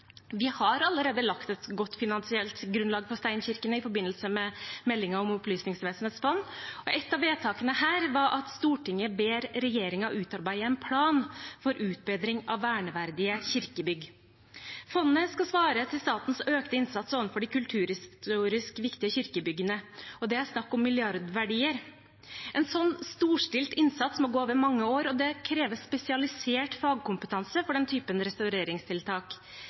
Vi har allerede lagt et godt finansielt grunnlag for steinkirkene i forbindelse med meldingen om Opplysningsvesenets fond. Et av vedtakene der var at Stortinget ber regjeringen utarbeide en plan for utbedring av verneverdige kirkebygg. Fondet skal svare til statens økte innsats overfor de kulturhistorisk viktige kirkebyggene. Det er snakk om milliardverdier. En slik storstilt innsats må gå over mange år. Det kreves spesialisert fagkompetanse for den typen restaureringstiltak,